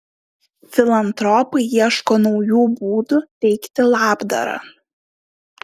filantropai ieško naujų būdų teikti labdarą